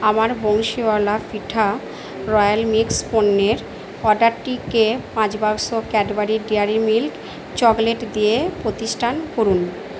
আমার বংশীওয়ালা পিঠা রয়্যাল মিক্স পণ্যের অর্ডারটিকে পাঁচ বাক্স ক্যাডবেরি ডেয়ারি মিল্ক চকোলেট দিয়ে প্রতিষ্ঠান করুন